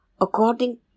according